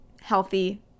healthy